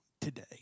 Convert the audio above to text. today